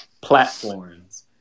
platforms